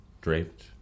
draped